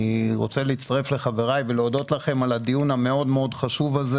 אני רוצה להצטרף לחבריי ולהודות לכם על הדיון החשוב הזה.